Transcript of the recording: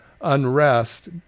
unrest